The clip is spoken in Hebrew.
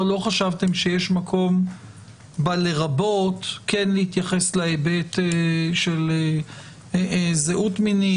לא חשבתם שיש מקום ב"לרבות" כן להתייחס להיבט של זהות מינית,